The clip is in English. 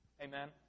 Amen